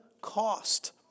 cost